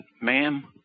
ma'am